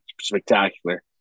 spectacular